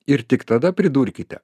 ir tik tada pridurkite